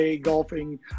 golfing